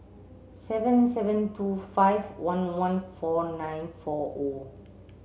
seven seven two five one one four nine four O